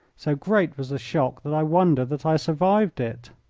so great was the shock that i wonder that i survived it.